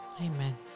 Amen